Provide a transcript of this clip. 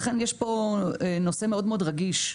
יש פה נושא מאוד מאוד רגיש,